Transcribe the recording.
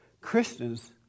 Christians